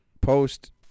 Post